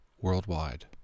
worldwide